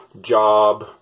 job